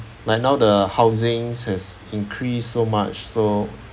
like now the housings has increased so much so